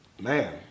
man